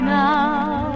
now